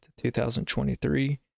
2023